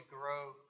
grow